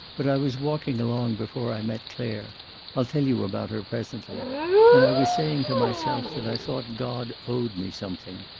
but i was walking along before i met clare i'll tell you about her presently and i was saying to myself that i thought god owed me something.